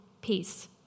peace